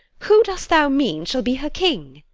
who dost thou mean shall be her king?